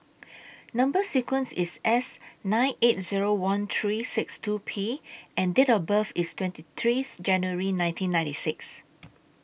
Number sequence IS S nine eight Zero one three six two P and Date of birth IS twenty three January nineteen ninety six